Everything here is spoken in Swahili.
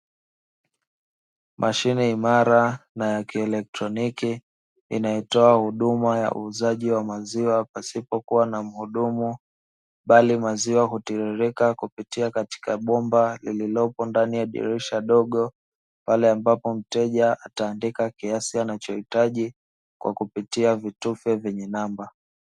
Mashine imara na ya kielektroniki inayotoa huduma ya uuzaji wa maziwa pasipokuwa na mhudumu, bali maziwa hutiririka kupitia katika bomba lililopo ndani ya dirisha dogo, pale ambapo mteja ataandika kiasi anachohitaji kwa kupitia vitufe vyenye namba.